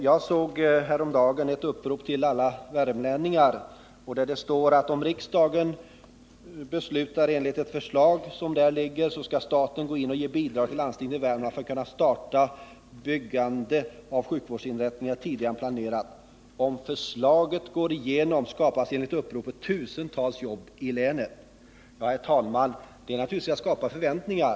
Jag såg häromdagen ett upprop till alla värmlänningar, där det står att det i riksdagen nu ligger ett förslag om att staten skall gå in och ge bidrag till landstinget i Värmland för att man skall kunna starta byggandet av sjukvårdsinrättningar tidigare än planerat. Om förslaget går igenom skapas enligt uppropet tusentals jobb i länet. Det innebär naturligtvis, herr talman, att man skapar förväntningar.